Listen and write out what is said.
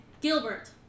Gilbert